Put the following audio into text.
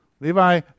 Levi